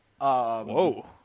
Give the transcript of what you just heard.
Whoa